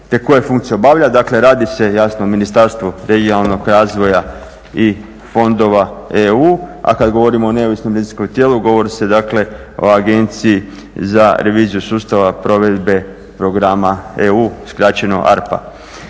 te koje funkcije obavlja, dakle radi se jasno o Ministarstvu regionalnog razvoja i fondova EU, a kada govorimo o neovisnom … tijelu govori se o Agenciji za reviziju sustava provedbe programa EU skraćeno ARPA.